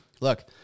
look